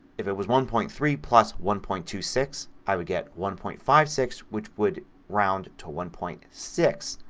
if it was one point three plus one point two six i would get one point five six which would round to one point six.